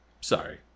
sorry